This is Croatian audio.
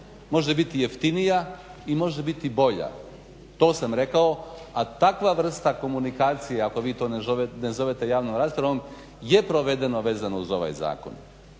može biti jeftinija i može biti bolja. To sam rekao, a takva vrsta komunikacije ako vi to zovete javnom raspravom je provedeno vezano uz ovaj zakon.